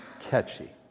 catchy